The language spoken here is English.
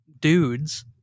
dudes